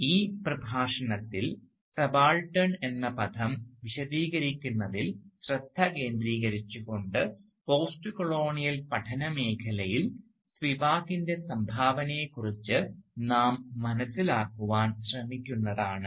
അതിനാൽ ഈ പ്രഭാഷണത്തിൽ സബാൾട്ടൻ എന്ന പദം വിശദീകരിക്കുന്നതിൽ ശ്രദ്ധ കേന്ദ്രീകരിച്ചുകൊണ്ട് പോസ്റ്റ്കൊളോണിയൽ പഠനമേഖലയിൽ സ്പിവാക്കിൻറെ Spivaks സംഭാവനയെക്കുറിച്ച് നാം മനസ്സിലാക്കുവാൻ ശ്രമിക്കുന്നതാണ്